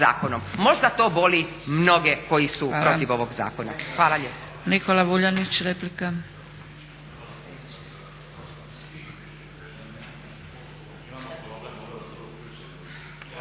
Možda to boli mnoge koji su protiv ovog zakona. Hvala lijepa.